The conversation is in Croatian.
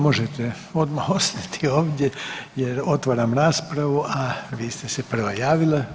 Možete odmah ostati ovdje jer otvaram raspravu, a vi ste se prva javila.